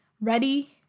Ready